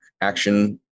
action